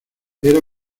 era